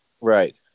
Right